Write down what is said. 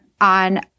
on